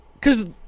Cause